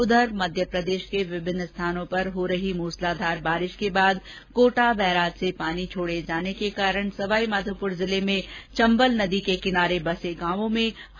उधर मध्य प्रदेश के विभिन्न स्थानों पर हो रही मूसलाधार बारिश के बाद कोटा बैराज से पानी छोड़े जाने के कारण सवाई माधोपुर जिले में चंबल नदी के किनारे बसे गांव में हाई अलर्ट किया गया है